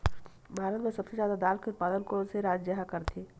भारत मा सबले जादा दाल के उत्पादन कोन से राज्य हा करथे?